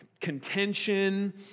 contention